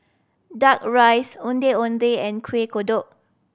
Duck Rice Ondeh Ondeh and Kuih Kodok